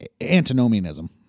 antinomianism